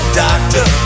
doctor